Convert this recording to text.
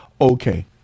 okay